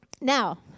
Now